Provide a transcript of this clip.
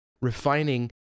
refining